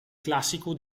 classico